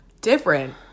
Different